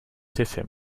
tiffin